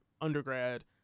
undergrad